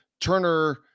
Turner